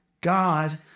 God